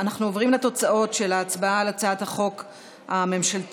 אנחנו עוברים לתוצאות ההצבעה על הצעת החוק הממשלתית,